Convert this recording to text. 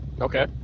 Okay